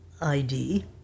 ID